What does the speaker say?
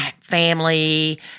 family